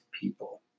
people